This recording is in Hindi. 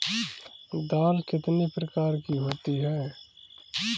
दाल कितने प्रकार की होती है?